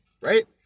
right